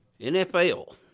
NFL